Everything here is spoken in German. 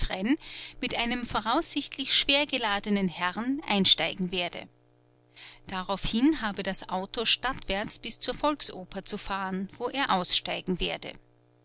mit einem voraussichtlich schwergeladenen herrn einsteigen werde daraufhin habe das auto stadtwärts bis zur volksoper zu fahren wo er aussteigen werde